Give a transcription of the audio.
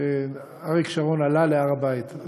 כשאריק עלה להר הבית.